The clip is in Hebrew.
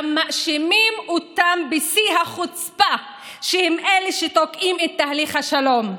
גם מאשימים אותם בשיא החוצפה שהם אלה שתוקעים את תהליך השלום.